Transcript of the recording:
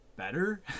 Better